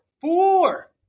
Four